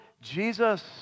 Jesus